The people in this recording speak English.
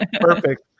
Perfect